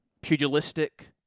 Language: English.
pugilistic